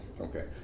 Okay